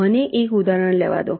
મને એક ઉદાહરણ લેવા દો